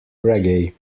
reggae